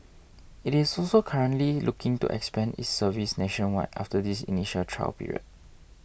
it is also currently looking to expand its service nationwide after this initial trial period